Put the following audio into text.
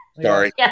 Sorry